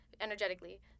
energetically